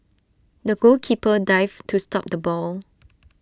the goalkeeper dived to stop the ball